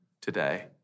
today